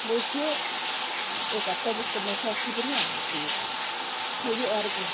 लेख्यो एकहप्ता जस्तोमा सकी पनि हाल्ने पेजहरू फेरि अर्को